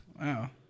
Wow